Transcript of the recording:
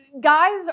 Guys